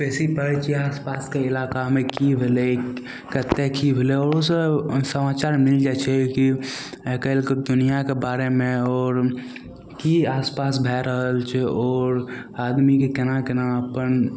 बेसी पढ़ै छिए आसपासके इलाकामे कि भेलै कतए कि भेलै आओर सब समाचार मिलि जाइ छै कि आइकाल्हिके दुनिआँके बारेमे आओर कि आसपास भै रहल छै आओर आदमीके कोना कोना अपन